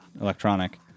electronic